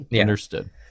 understood